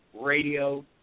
Radio